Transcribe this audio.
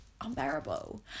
unbearable